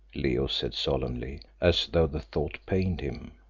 leo said solemnly, as though the thought pained him.